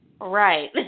Right